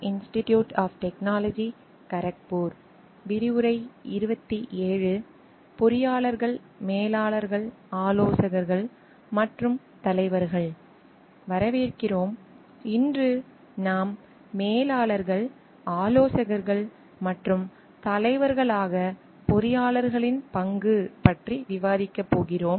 இன்று நாம் மேலாளர்கள் ஆலோசகர்கள் மற்றும் தலைவர்களாக பொறியாளர்களின் பங்கு பற்றி விவாதிக்கப் போகிறோம்